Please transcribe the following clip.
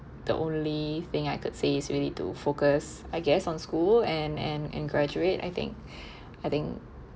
the only thing I could say is really to focus I guess on school and and and graduate I think I think